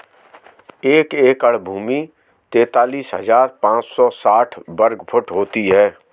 एक एकड़ भूमि तैंतालीस हज़ार पांच सौ साठ वर्ग फुट होती है